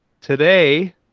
Today